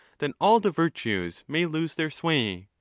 then all the virtues may lose their sway.